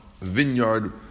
Vineyard